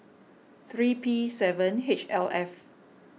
three P seven H L F